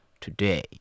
today